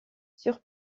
sur